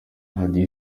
radiyo